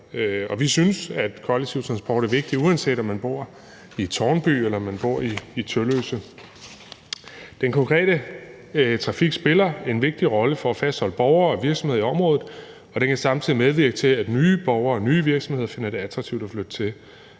vi synes, at kollektiv transport er vigtigt, uanset om man bor i Tårnby, eller om man bor i Tølløse. Den konkrete trafik spiller en vigtig rolle for at fastholde borgere og virksomheder i området, og den kan samtidig medvirke til, at nye borgere og nye virksomheder finder det attraktivt at flytte til.